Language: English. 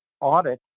audit